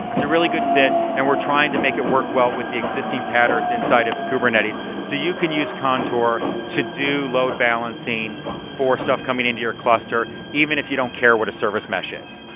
it's a really good fit and we're trying to make it work well the existing patterns inside of kubernetes. so you can use contour to do load-balancing for stuff coming into your cluster even if you don't care what a service mesh is,